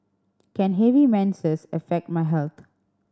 can heavy menses affect my health